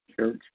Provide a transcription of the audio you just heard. Church